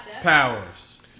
powers